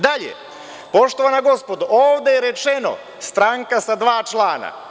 Dalje, poštovana gospodo, ovde je rečeno - stranka sa dva člana.